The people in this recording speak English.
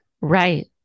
Right